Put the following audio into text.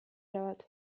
erabat